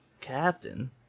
Captain